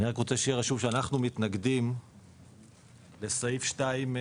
אני רק רוצה שיהיה רשום שאנחנו מתנגדים לסעיף 2(ז),